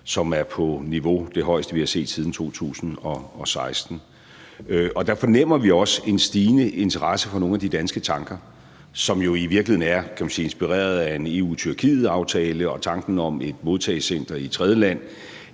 som er på det højeste niveau, vi har set, siden 2016. Der fornemmer vi også en stigende interesse for nogle af de danske tanker, som i virkeligheden er, kan man sige, inspireret af en EU-Tyrkiet-aftale, og tanken om et modtagecenter i et tredjeland